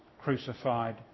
crucified